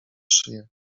szyję